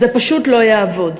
זה פשוט לא יעבוד.